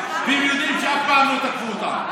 והם יודעים שאף פעם לא תקפו אותם.